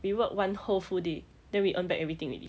we work one whole full day then we earn back everything already